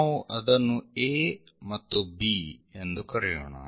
ನಾವು ಅದನ್ನು A ಮತ್ತು B ಎಂದು ಕರೆಯೋಣ